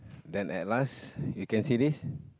then at last you can see this